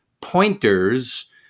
pointers